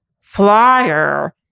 flyer